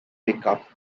makeup